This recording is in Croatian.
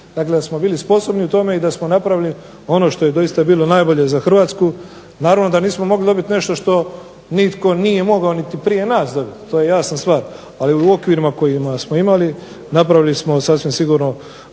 Dakle da smo bili sposobni u tome i da smo napravili ono što je doista bilo najbolje za Hrvatsku. Naravno da nismo mogli dobiti nešto što nitko nije mogao niti prije nas dobiti, to je jasna stvar, ali u okvirima kojima smo imali napravili smo sasvim sigurno